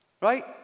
right